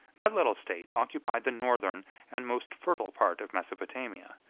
that little state occupied the northern and most fertile part of mesopotamia,